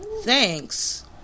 Thanks